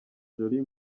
jolie